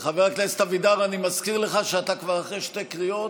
חבר הכנסת אבידר, אני קורא אותך לסדר פעם שנייה.